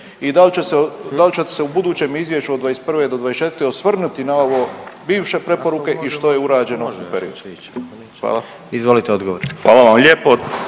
i dal ćete se u budućem izvješću od '21.-'24. osvrnuti na ovo bivše preporuke i što je urađeno u periodu? Hvala. **Jandroković, Gordan (HDZ)**